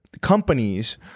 companies